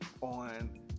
on